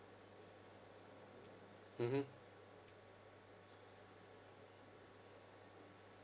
mmhmm